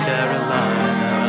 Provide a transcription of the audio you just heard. Carolina